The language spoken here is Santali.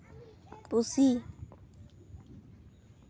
ᱯᱩᱥᱤ